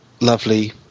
lovely